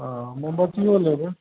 हाँ मोमबियो लेबय